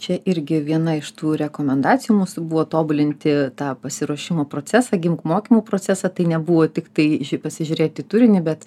čia irgi viena iš tų rekomendacijų mūsų buvo tobulinti tą pasiruošimo procesą gimk mokymų procesą tai nebuvo tiktai šiaip pasižiūrėti į turinį bet